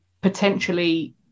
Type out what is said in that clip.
potentially